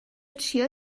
چیا